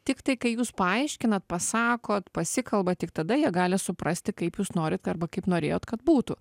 tiktai kai jūs paaiškinat pasakot pasikalbat tik tada jie gali suprasti kaip jūs norit arba kaip norėjot kad būtų